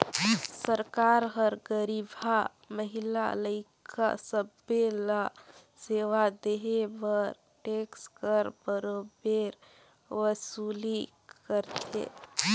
सरकार हर गरीबहा, महिला, लइका सब्बे ल सेवा देहे बर टेक्स कर बरोबेर वसूली करथे